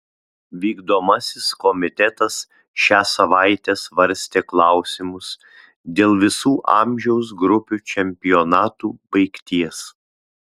vykdomasis komitetas šią savaitę svarstė klausimus dėl visų amžiaus grupių čempionatų baigties